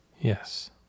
Yes